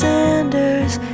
Sanders